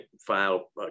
file